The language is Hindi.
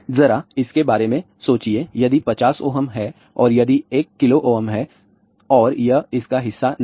जरा इसके बारे में सोचिए यदि यह 50 Ω है और यदि यह 1KΩ हैं और यह इसका हिस्सा नहीं है